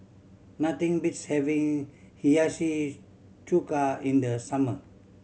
nothing beats having Hiyashi Chuka in the summer